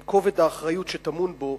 עם כובד האחריות שטמון בו,